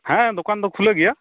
ᱦᱮᱸ ᱫᱚᱠᱟᱱ ᱫᱚ ᱠᱷᱩᱞᱟᱹᱣ ᱜᱮᱭᱟ